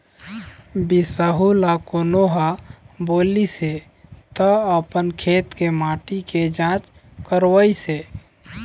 बिसाहू ल कोनो ह बोलिस हे त अपन खेत के माटी के जाँच करवइस हे